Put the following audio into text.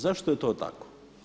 Zašto je to tako?